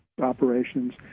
operations